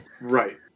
right